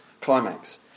climax